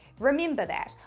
remember that.